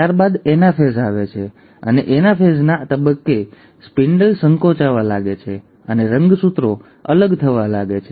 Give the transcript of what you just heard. ત્યાર બાદ એનાફેઝ આવે છે અને એનાફાસના તબક્કે સ્પિન્ડલ સંકોચાવા લાગે છે અને રંગસૂત્રો અલગ થવા લાગે છે